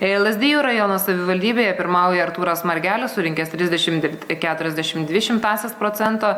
jei lazdijų rajono savivaldybėje pirmauja artūras margelis surinkęs trisdešimt ir keturiasdešimt dvi šimtąsias procento